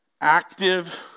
active